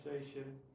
station